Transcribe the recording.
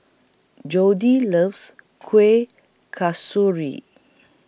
Jody loves Kuih Kasturi